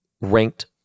ranked